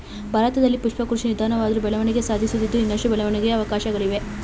ಭಾರತದಲ್ಲಿ ಪುಷ್ಪ ಕೃಷಿ ನಿಧಾನವಾದ್ರು ಬೆಳವಣಿಗೆ ಸಾಧಿಸುತ್ತಿದ್ದು ಇನ್ನಷ್ಟು ಬೆಳವಣಿಗೆಗೆ ಅವಕಾಶ್ಗಳಿವೆ